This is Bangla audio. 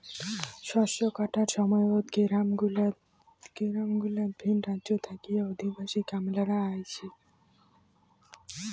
শস্য কাটার সময়ত গেরামগুলাত ভিন রাজ্যত থাকি অভিবাসী কামলারা আইসে